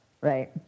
Right